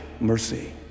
mercy